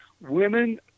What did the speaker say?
women